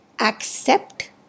accept